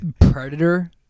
Predator